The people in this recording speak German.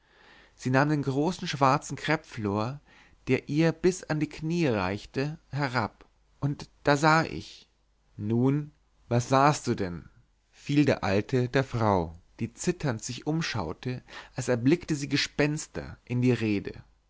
sie nahm den großen schwarzen kreppflor der ihr bis an die knie reichte herab und da sah ich nun was sahst du denn fiel der alte der frau die zitternd sich umschaute als erblicke sie gespenster in die rede